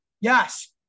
Yes